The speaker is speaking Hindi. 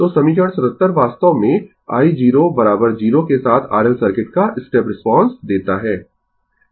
तो समीकरण 77 वास्तव में i0 0 के साथ R L सर्किट का स्टेप रिस्पांस देता है